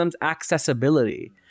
accessibility